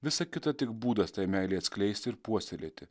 visa kita tik būdas tai meilei atskleisti ir puoselėti